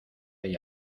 hay